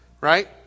right